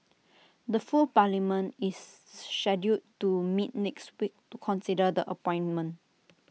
the full parliament is scheduled to meet next week to consider the appointment